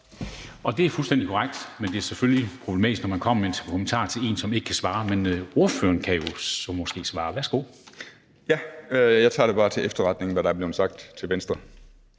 Det er fuldstændig korrekt, men det er selvfølgelig problematisk, når man kommer med en kommentar til en, som ikke kan svare. Men ordføreren kan jo så måske svare. Værsgo. Kl. 13:45 Ole Birk Olesen (LA): Ja, jeg tager bare til efterretning, hvad der er blevet sagt til Venstre.